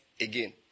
again